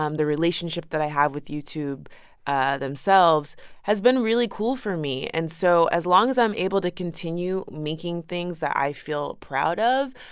um the relationship that i have with youtube ah themselves has been really cool for me. and so as long as i'm able to continue making things that i feel proud of,